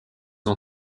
ont